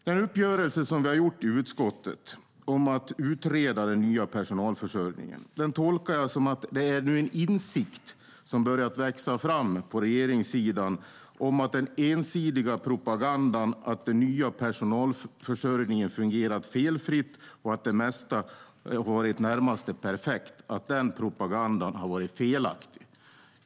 Den uppgörelse som vi har gjort i utskottet om att utreda den nya personalförsörjningen tolkar jag som att en insikt nu har börjat växa fram på regeringssidan om att den ensidiga propagandan att den nya personalförsörjningen har fungerat felfritt och att det mesta har varit i det närmaste perfekt har varit felaktig.